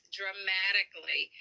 dramatically